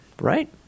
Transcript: Right